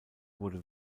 wurde